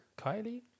Kylie